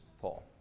Paul